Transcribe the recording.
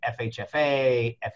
FHFA